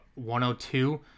102